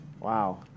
Wow